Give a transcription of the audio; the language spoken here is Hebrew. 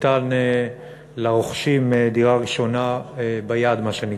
ניתן לרוכשים דירה ראשונה ביד, מה שנקרא.